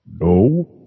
No